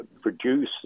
produce